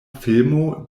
filmo